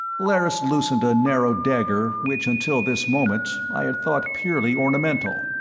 lerrys loosened a narrow dagger which until this moment i had thought purely ornamental.